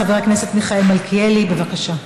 חבר הכנסת מיכאל מלכיאלי, בבקשה.